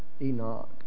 Enoch